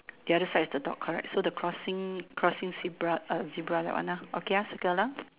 the other side is the dog correct so the crossing crossing zebra uh zebra that one ah okay ah circle ah